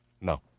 No